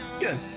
good